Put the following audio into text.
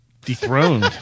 dethroned